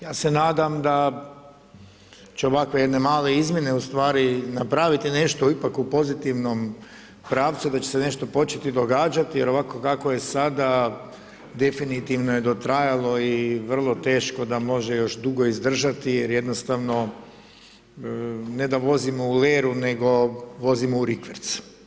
Ja se nadam da će ovakve jedne male izmjene ustvari, napraviti nešto ipak u pozitivnom pravcu, već će se nešto početi događati, jer ovako kako je sada, definitivno je dotrajalo i vrlo teško da može još dugo izdržati, jer jednostavno, ne da vozimo u leru, nego vozimo u rikverc.